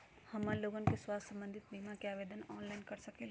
हमन लोगन के स्वास्थ्य संबंधित बिमा का आवेदन ऑनलाइन कर सकेला?